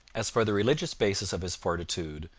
as for the religious basis of his fortitude,